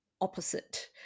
opposite